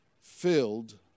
filled